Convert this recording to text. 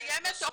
תגיבו בסוף.